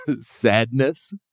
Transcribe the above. sadness